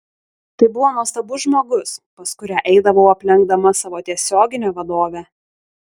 tai buvo nuostabus žmogus pas kurią eidavau aplenkdama savo tiesioginę vadovę